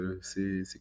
C'est